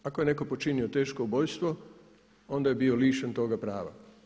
Ako je netko počinio teško ubojstvo onda je bio lišen toga prava.